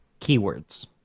keywords